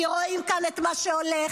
כי רואים כאן את מה שהולך.